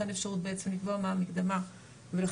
אין אפשרות בעצם לקבוע מה המקדמה ולכן